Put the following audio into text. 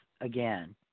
again